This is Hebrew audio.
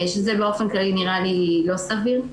שזה באופן כללי נראה לי לא סביר.